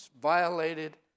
violated